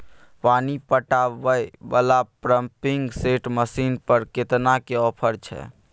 पानी पटावय वाला पंपिंग सेट मसीन पर केतना के ऑफर छैय?